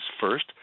First